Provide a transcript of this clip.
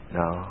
no